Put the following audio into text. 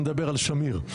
אני מדבר על שמיר,